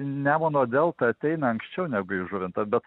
nemuno delta ateina anksčiau negu įžuvinta bet